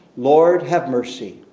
lord have mercy.